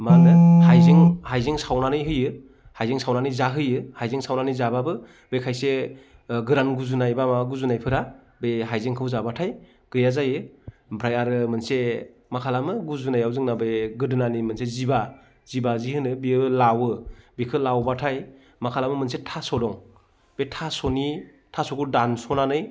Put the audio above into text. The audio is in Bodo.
हाइजें सावनानै होयो हाइजें सावनानै जाहोयो हाइजें सावनानै जाब्लाबो बे खायसे गोरान गुजुनाय एबा मा गुजुनायफोरा बे हाइजेंखौ जाब्लाथाय गैया जायो ओमफ्राय आरो मोनसे मा खालामो गुजुनायाव जोंना बे गोदोनानि मोनसे जिबा जिबाजि होनो बेबो लावो बेखो लावब्लाथाय मा खालामो मोनसे थास' दं बे थास'नि थास'खौ दानस'नानै